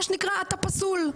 מה שנקרא, אתה פסול.